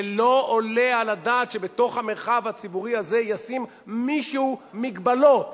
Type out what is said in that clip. ולא עולה על הדעת שבתוך המרחב הציבורי הזה ישים מישהו מגבלות,